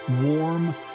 warm